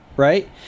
right